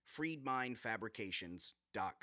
freedmindfabrications.com